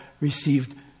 received